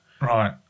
Right